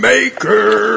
Maker